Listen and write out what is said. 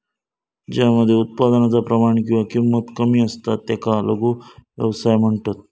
ज्या मध्ये उत्पादनाचा प्रमाण किंवा किंमत कमी असता त्याका लघु व्यवसाय म्हणतत